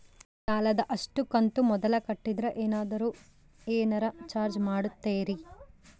ಸಾಲದ ಅಷ್ಟು ಕಂತು ಮೊದಲ ಕಟ್ಟಿದ್ರ ಏನಾದರೂ ಏನರ ಚಾರ್ಜ್ ಮಾಡುತ್ತೇರಿ?